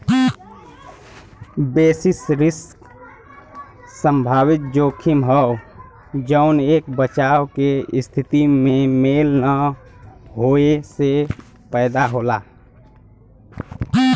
basis risk संभावित जोखिम हौ जौन एक बचाव के स्थिति में मेल न होये से पैदा होला